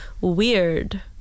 weird